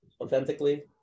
authentically